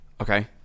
Okay